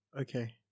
okay